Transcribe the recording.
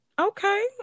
Okay